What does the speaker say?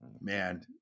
Man